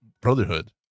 Brotherhood